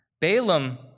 Balaam